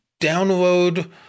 download